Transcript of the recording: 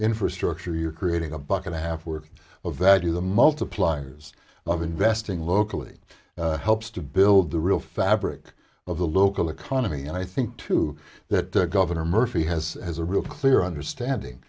infrastructure you're creating a buck and a half worth of value the multipliers but investing locally helps to build the real fabric of the local economy and i think too that governor murphy has has a real clear understanding